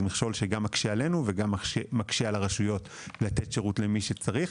זה מכשול שגם מקשה עלינו וגם מקשה על הרשויות לתת שירות למי שצריך.